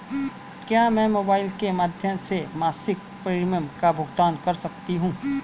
क्या मैं मोबाइल के माध्यम से मासिक प्रिमियम का भुगतान कर सकती हूँ?